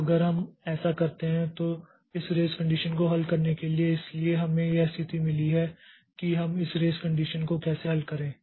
तो अगर हम ऐसा करते हैं तो इस रेस कंडीशन को हल करने के लिए इसलिए हमें यह स्थिति मिली है कि हम इस रेस कंडीशन को कैसे हल करें